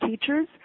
teachers